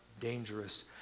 dangerous